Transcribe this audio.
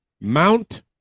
Mount